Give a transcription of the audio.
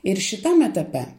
ir šitam etape